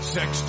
Sex